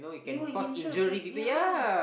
you will injure the prank yeah